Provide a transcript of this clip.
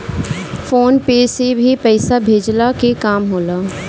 phone पे से भी पईसा भेजला के काम होला